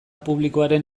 publikoaren